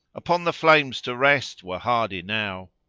upon the flames to rest were hard enow!